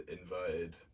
inverted